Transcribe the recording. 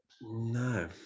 No